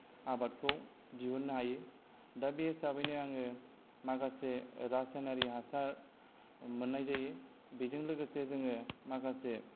आबादखौ दिहुन्नो हायो दा बे हिसाबैनो आङो माखासे रासायनारि हासार मोन्नाय जायो बेजों लोगोसे जोङो माखासे